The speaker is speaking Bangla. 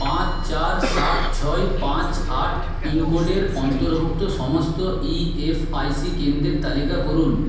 পাঁচ চার সাত ছয় পাঁচ আট পিনকোডের অন্তর্ভুক্ত সমস্ত ইএসআইসি কেন্দ্রের তালিকা করুন